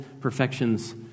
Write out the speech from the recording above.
perfections